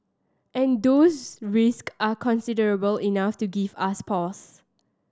and those risk are considerable enough to give us pause